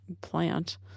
plant